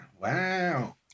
Wow